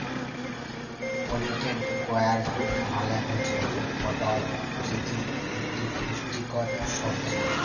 পলিটেড গয়ার্ড মালে হুচ্যে পটল যেটি ইকটি পুষ্টিকর সবজি